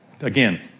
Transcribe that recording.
Again